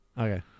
okay